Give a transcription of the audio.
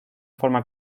forma